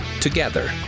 together